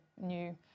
new